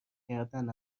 کردن